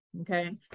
Okay